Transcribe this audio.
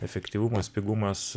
efektyvumas pigumas